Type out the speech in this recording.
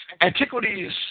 Antiquities